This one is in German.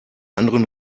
anderen